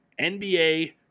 NBA